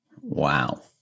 Wow